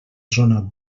zona